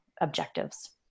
objectives